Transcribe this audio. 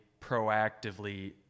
proactively